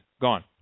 gone